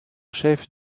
chef